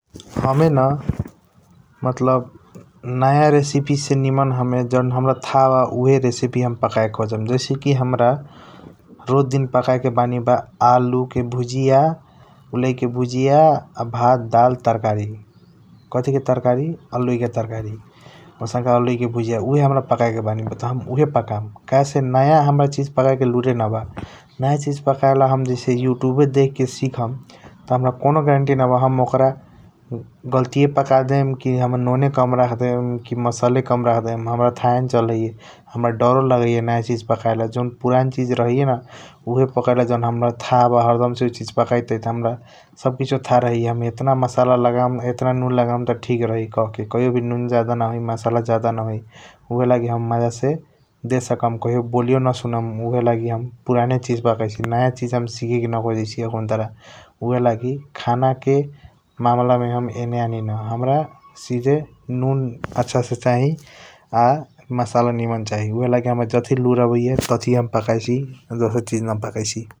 हमे न मतलब नाया रेसिपिसे निमन हमे जौन हम्रा थाह बा उइहे रेसिपी हम पकाएके खोजम। जैसे कि हम्रा रोज दिन पकाएके बानी बा आलूके भुजिया उलैके भुजिया आ भात दाल तरकारी कथीके तरकारी अलुईके तरकारी उसन्का अलुईके भुजिया उइहे हम्रा पकाएके बानी बा त हम उइहे पकाम काहेसे नाया हम्रा चिज पकाएके लुरे न बा। नाया चिज पकाएला हम जैसे यूट्यूबे देखके सिखम त हम्रा कौनो ग्यारेन्टी न बा हम ओक्रा गल्तिये पकादेम कि हम नूने कम राखदेम कि मसले कम रखदेम हम्रा थाहे न चलैये । हम्रा डरो लगैये नाया चिज पकाएला। जौन पुरान चिज रहैये उइहे पकएले जौन हम्रा थाह बा हरदमसे ऊ चिज पकाईतारी त हम्रा सब किछो थाह रहैये । हम एतना मसाला लगाम हेतना नून लगाम त ठीक रही कहके कहियो भी नून जादा न होइ मसाला जादा न होइ । उइहे लागि हम माजासे देसकम कहियो बोलियो न सुनम उइहे लागि हम पुराने चिज पकाईसी। नाया चिज हम सीखीहीके न खोजैसि अखूनतरा । उइहे लागि खानाके मामलामे हम एने ओने न हम्रा सीधे नून अच्छासे चाही आ मसाला निमन चाही । उइहे लागि हम्रा जथी लूर अबैये तथिये हम पकाईसी आ दोसर चिज न पकाईसी ।